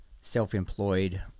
self-employed